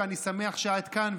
אני שמח שאת כאן,